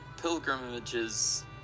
pilgrimages